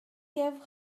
gave